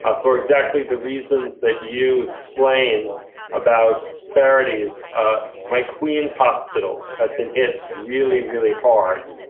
ah for exactly the reasons that you explained about disparities, ah my queens hospitals have been hit really, really hard.